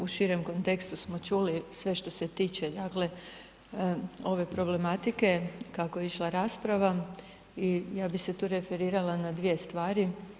U širem kontekstu smo čuli sve što se tiče dakle ove problematike kako je išla rasprava i ja bi se tu referirala na dvije stvari.